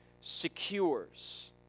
secures